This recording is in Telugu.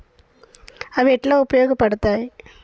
అవి ఎట్లా ఉపయోగ పడతాయి?